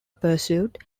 pursued